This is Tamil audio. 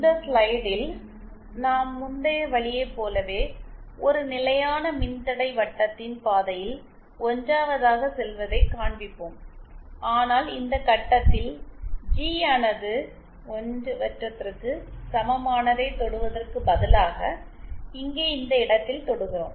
இந்த ஸ்லைடில் நாம் முந்தைய வழியைப் போலவே ஒரு நிலையான மின்தடை வட்டத்தின் பாதையில் 1 வதாக செல்வதைக் காண்பிப்போம் ஆனால் இந்த கட்டத்தில் ஜி ஆனது1 வட்டத்திற்கு சமமானதை தொடுவதற்குப் பதிலாக இங்கே இந்த இடத்தில் தொடுகிறோம்